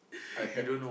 I had